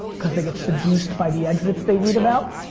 cause they get seduced by the exits they read about.